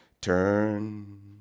Turn